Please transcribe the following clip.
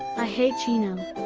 i hate chino!